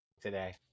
today